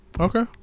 Okay